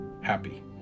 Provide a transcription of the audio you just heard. happy